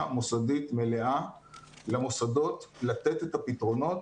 מוסדית מלאה למוסדות לתת את הפתרונות,